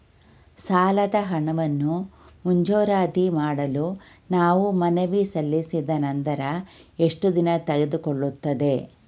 ಸಾಲದ ಹಣವನ್ನು ಮಂಜೂರಾತಿ ಮಾಡಲು ನಾವು ಮನವಿ ಸಲ್ಲಿಸಿದ ನಂತರ ಎಷ್ಟು ದಿನ ತೆಗೆದುಕೊಳ್ಳುತ್ತದೆ?